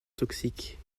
toxiques